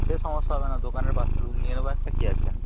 সে সমস্যা হবে না দোকানের পাশে রুম নিয়ে নেব একটা কী আছে